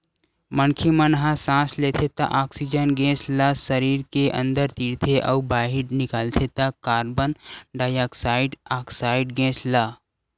मनखे मन ह सांस लेथे त ऑक्सीजन गेस ल सरीर के अंदर तीरथे अउ बाहिर निकालथे त कारबन डाईऑक्साइड ऑक्साइड गेस ल